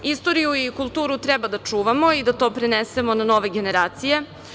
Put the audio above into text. Istoriju i kulturu treba da čuvamo i da to prenesemo na nove generacije.